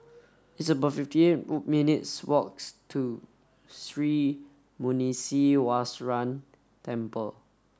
it's about fifty eight minutes' walks to Sri Muneeswaran Temple